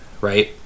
right